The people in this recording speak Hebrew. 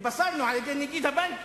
התבשרנו על-ידי נגיד הבנק,